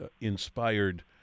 inspired